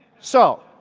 so,